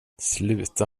sluta